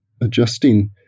adjusting